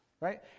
right